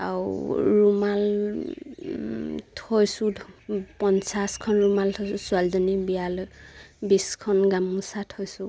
আৰু ৰুমাল থৈছোঁ পঞ্চাছখন ৰুমাল থৈছোঁ ছোৱালীজনীৰ বিয়ালৈ বিছখন গামোচা থৈছোঁ